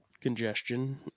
congestion